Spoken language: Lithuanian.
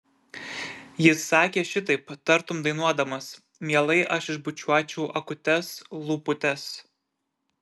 jis sakė šitaip tartum dainuodamas mielai aš išbučiuočiau akutes lūputes